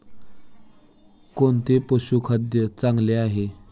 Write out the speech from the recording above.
कोणते पशुखाद्य चांगले आहे?